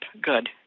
Good